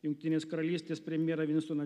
jungtinės karalystės premjerą vinstoną